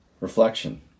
Reflection